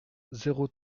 zéro